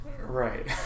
right